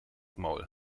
maul